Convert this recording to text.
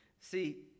See